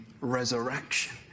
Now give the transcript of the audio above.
resurrection